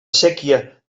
séquia